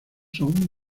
son